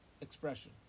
expression